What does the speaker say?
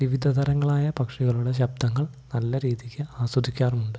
വിവിധ തരങ്ങളായ പക്ഷികളുടെ ശബ്ദങ്ങൾ നല്ല രീതിക്ക് ആസ്വദിക്കാറുമുണ്ട്